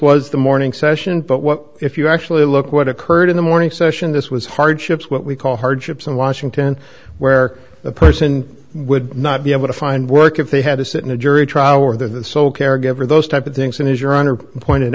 was the morning session but what if you actually look what occurred in the morning session this was hardships what we call hardships in washington where a person would not be able to find work if they had to sit in a jury trial were the sole caregiver those type of things and as your honor pointed